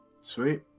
Sweet